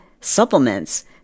supplements